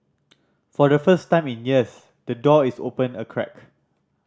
for the first time in years the door is open a crack